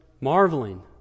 marveling